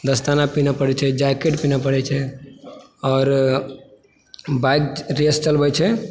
दस्ताना पीन्है पड़ै छै जैकेट पिन्हय पड़ै छै और बाइक रेस चलबै छै